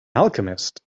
alchemist